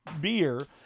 Beer